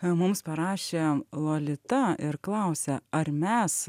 mums parašė lolita ir klausia ar mes